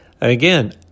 again